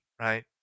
right